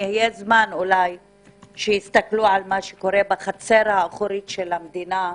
יהיה זמן להסתכל על החצר האחורית של המדינה,